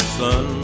son